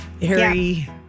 Harry